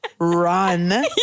Run